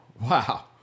Wow